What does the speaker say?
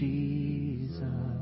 Jesus